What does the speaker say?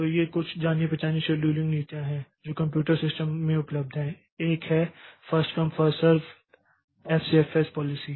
तो ये कुछ जानी पहचानी शेड्यूलिंग नीतियां हैं जो कंप्यूटर सिस्टम में उपलब्ध हैं एक है first come first serve FCFS policy